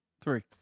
Three